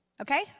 Okay